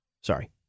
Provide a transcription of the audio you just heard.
Sorry